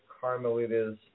Carmelita's